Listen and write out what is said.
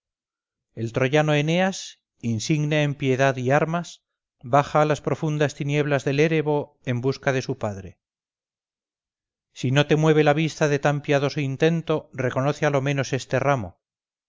el troyano eneas insigne en piedad y armas baja a las profundas tinieblas del erebo en busca de su padre si no te mueve la vista de tan piadoso intento reconoce a lo menos este ramo